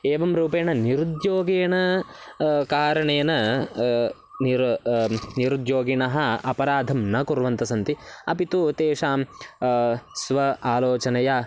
एवं रूपेण निरुद्योगेन कारणेन निरु निरुद्योगिनः अपराधं न कुर्वन्तः सन्ति अपि तु तेषां स्व आलोचनया